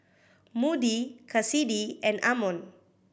Moody Kassidy and Amon